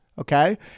okay